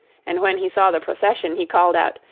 and when he saw the procession he called out,